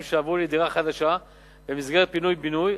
שעברו לדירה חדשה במסגרת פינוי-בינוי.